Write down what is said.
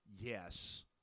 yes